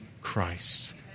Christ